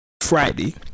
Friday